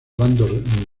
bando